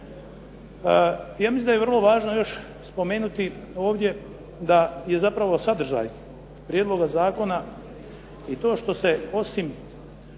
Ja mislim da je vrlo važno još spomenuti ovdje da je zapravo sadržaj prijedloga zakona i to što se osim